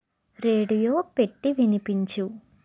radio పెట్టి వినిపించు